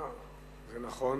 זה נכון.